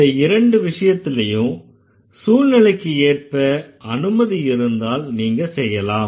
இந்த இரண்டு விஷயத்துலயும் சூழ்நிலைக்கு ஏற்ப அனுமதி இருந்தால் நீங்க செய்யலாம்